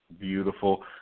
beautiful